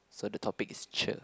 so the topic is cher